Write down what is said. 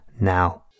now